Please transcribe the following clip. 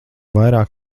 vairāk